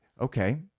okay